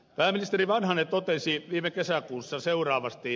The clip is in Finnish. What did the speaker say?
pääministeri vanhanen totesi viime kesäkuussa seuraavasti